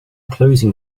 closing